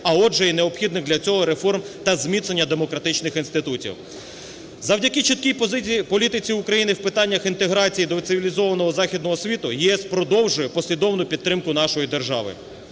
а отже і необхідних для цього реформ та зміцнення демократичних інститутів. Завдяки чіткій позиції, політиці України в питаннях інтеграції до цивілізованого Західного світу ЄС продовжує послідовну підтримку нашої держави.